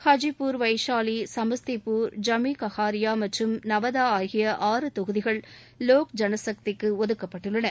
ஹஜிபூர் வைசாலி சமஸ்திபூர் ஜமி கஹாரியா மற்றும் நவதா ஆகிய ஆறு தொகுதிகள் லோக் ஐனசக்திக்கு ஒதுக்கப்பட்டுள்ளன